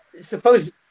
suppose